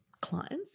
clients